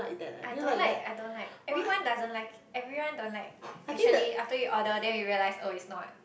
I don't like I don't like everyone doesn't like everyone don't like actually after you order then you realise oh it's not